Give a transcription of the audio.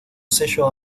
sello